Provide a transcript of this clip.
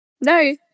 No